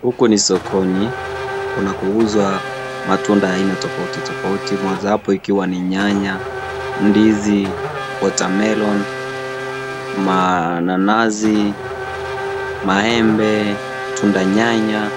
Huku ni sokoni kunakouzwa matunda ya aina tofauti tofauti moja wapo ikiwa ni nyanya , ndizi , watermelon , mananasi , maembe, tunda nyanya